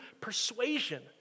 persuasion